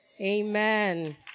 Amen